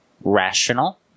Rational